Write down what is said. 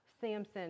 Samson